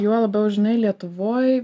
juo labiau žinai lietuvoj